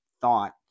thought